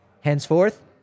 Henceforth